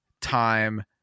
time